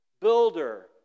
builder